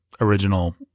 original